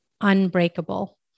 unbreakable